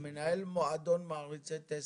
אני מנהל מועדון מעריצי טסלה.